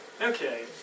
Okay